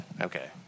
Okay